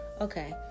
Okay